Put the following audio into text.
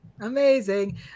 Amazing